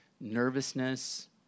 nervousness